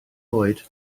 oed